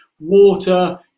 water